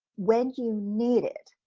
when do you need it,